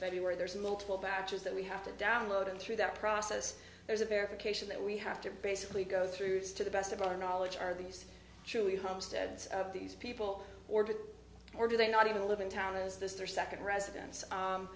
february there's multiple factors that we have to download and through that process there's a verification that we have to basically go through to the best of our knowledge are these truly homesteads of these people order or do they not even live in town is this their second residence